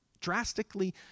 drastically